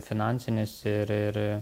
finansinis ir ir